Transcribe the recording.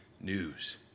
news